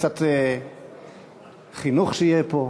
קצת חינוך שיהיה פה.